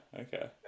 okay